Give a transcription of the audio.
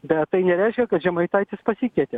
bet tai nereiškia kad žemaitaitis pasikeitė